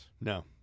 No